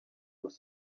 was